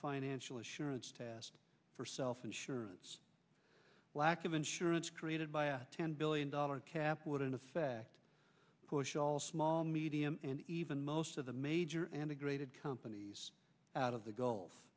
financial assurance test for self insurance lack of insurance created by a ten billion dollar cap would in effect push all small medium and even most of the major and a great it companies out of the gulf